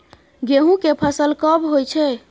गेहूं के फसल कब होय छै?